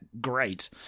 great